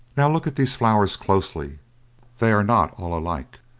now look at these flowers closely they are not all alike.